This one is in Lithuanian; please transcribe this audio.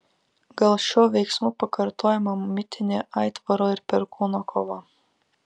gal šiuo veiksmu pakartojama mitinė aitvaro ir perkūno kova